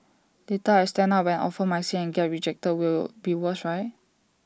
later I stand up and offer my seat and get rejected will be worse right